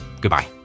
goodbye